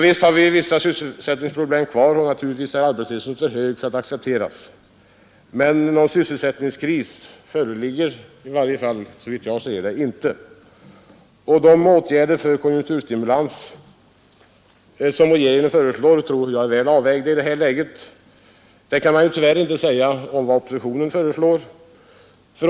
Visst har vi vissa sysselsättningsproblem, och naturligtvis är arbetslösheten för stor för att accepteras. Men någon sysselsättningskris föreligger såvitt jag kan förstå inte. De åtgärder för konjunkturstimulans som regeringen föreslår tror jag är väl avvägda i detta läge. Det kan man tyvärr inte säga om det oppositionen föreslår.